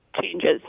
changes